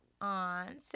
on